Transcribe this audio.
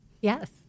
Yes